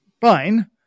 Fine